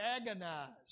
agonized